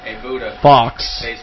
Fox